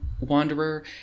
Wanderer